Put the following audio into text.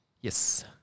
Yes